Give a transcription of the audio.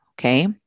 Okay